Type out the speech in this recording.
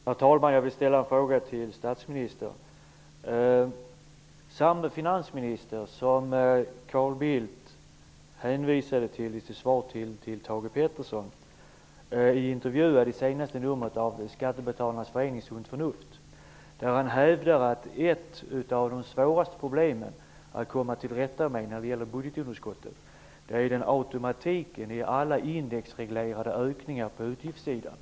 Herr talman! Jag vill ställa en fråga till statsministern. Samme finansminister som Carl Bildt hänvisade till i sitt svar till Thage Peterson är intervjuad i senaste numret av Skattebetalarnas förenings tidning Sunt förnuft. Där hävdar han att ett av de svåraste problemen att komma till rätta med när det gäller budgetunderskottet är automatiken i alla indexreglerade ökningar på utgiftssidan.